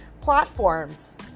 platforms